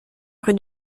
rue